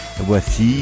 voici